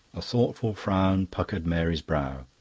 a thoughtful frown puckered mary's brow.